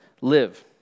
live